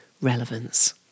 relevance